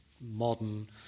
modern